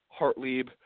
Hartlieb